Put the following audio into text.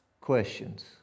questions